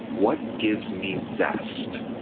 what gives me zest?